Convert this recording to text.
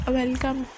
welcome